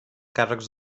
càrrecs